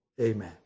Amen